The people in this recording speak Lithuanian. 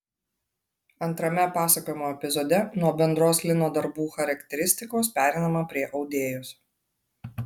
antrame pasakojimo epizode nuo bendros lino darbų charakteristikos pereinama prie audėjos